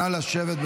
נא לשבת,